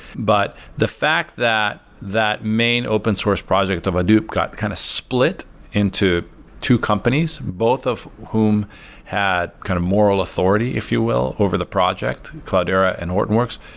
but the fact that that main open source project of hadoop got kind of split into two companies, both of whom had kind of moral authority, if you will, over the project, cloudera and hortonworks,